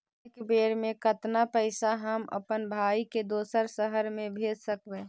एक बेर मे कतना पैसा हम अपन भाइ के दोसर शहर मे भेज सकबै?